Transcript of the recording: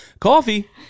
coffee